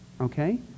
Okay